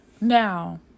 Now